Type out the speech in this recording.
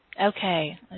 Okay